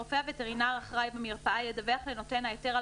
הרופא הווטרינר האחראי במרפאה ידווח לנותן ההיתר על